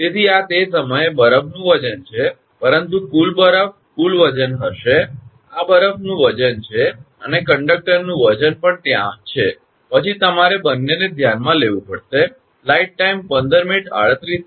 તેથી આ તે સમયે બરફનું વજન છે પરંતુ કુલ બરફ કુલ વજન હશે આ બરફનું વજન છે અને કંડકટરનું વજન પણ ત્યાં છે પછી તમારે બંનેને ધ્યાનમાં લેવું પડશે